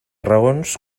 raons